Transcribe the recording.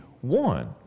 one